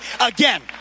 again